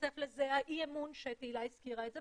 מתווסף לזה האי-אמון שתהילה הזכירה את זה,